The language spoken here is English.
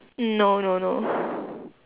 no no no